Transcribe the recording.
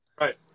Right